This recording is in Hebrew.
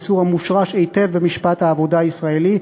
איסור המושרש היטב במשפט העבודה הישראלי,